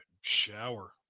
shower